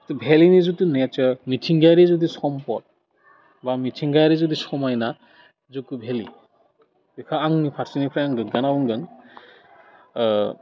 भेलिनि जितु नेचार मिथिंगायारि जितु सम्पद बा मिथिंगायारि जितु समायना जुक' भेलि बेखौ आंनि फारसेनिफ्राय आं गोग्गाना बुंगोन